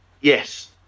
Yes